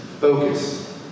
focus